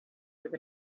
with